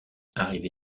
arrivé